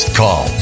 call